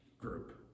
group